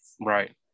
Right